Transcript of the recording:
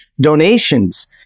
donations